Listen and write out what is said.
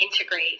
integrate